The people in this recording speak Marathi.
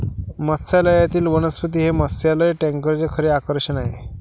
मत्स्यालयातील वनस्पती हे मत्स्यालय टँकचे खरे आकर्षण आहे